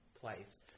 place